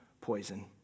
poison